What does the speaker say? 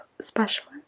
specialist